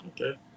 Okay